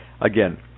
Again